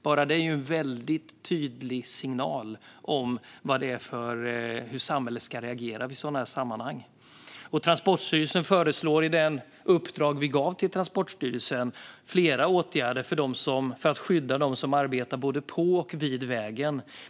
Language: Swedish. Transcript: Bara det är en väldigt tydlig signal om hur samhället ska reagera i sådana här sammanhang. Transportstyrelsen föreslår i det uppdrag vi gav till Transportstyrelsen flera åtgärder för att skydda dem som arbetar både på och vid vägen.